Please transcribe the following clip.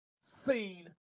seen